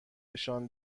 نشان